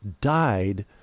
died